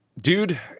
Dude